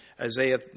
Isaiah